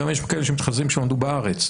יש גם כאלה שמתחזים שלמדו בארץ,